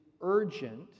urgent